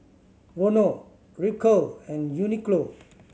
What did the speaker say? Vono Ripcurl and Uniqlo